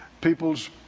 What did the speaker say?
people's